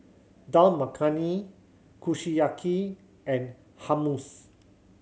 Dal Makhani Kushiyaki and Hummus